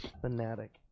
fanatic